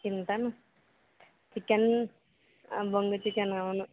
Chintan chicken బొంగు chicken అవును